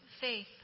faith